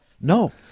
no